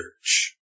church